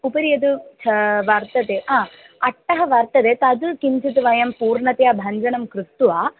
उपरि यद् वर्तते हा अट्टः वर्तते तद् किञ्चित् वयं पूर्णतया भञ्जनं कृत्वा